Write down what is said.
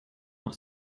noch